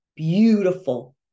Beautiful